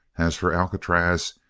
as for alcatraz,